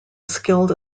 skilled